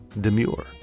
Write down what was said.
Demure